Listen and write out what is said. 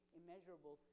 immeasurable